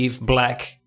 black